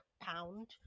pound